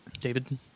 David